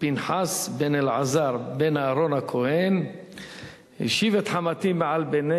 פינחס בן אלעזר בן אהרן הכהן השיב את חמתי מעל בני